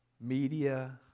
Media